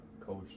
coach